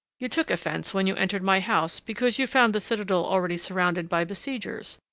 you took offence when you entered my house, because you found the citadel already surrounded by besiegers,